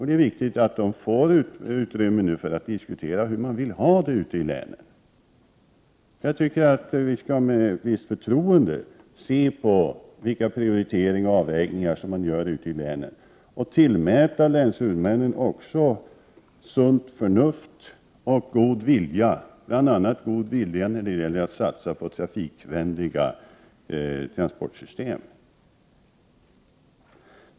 Det är viktigt att de nu får möjlighet att diskutera hur de vill ha det ute i länen. Jag tycker att vi med visst förtroende skall se vilka prioriteringar och avvägningar som länshuvudmännen gör ute i länen och också tillmäta dem sunt förnuft och god vilja, bl.a. när det gäller att satsa på trafikvänliga transportsystem.